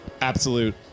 absolute